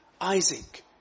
Isaac